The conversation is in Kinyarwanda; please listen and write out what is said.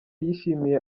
yishimiye